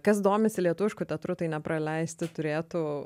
kas domisi lietuvišku teatru tai nepraleisti turėtų